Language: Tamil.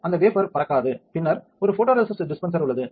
அந்த வேபர் பறக்காது பின்னர் ஒரு ஃபோட்டோரெசிஸ்ட் டிஸ்பென்சர் உள்ளது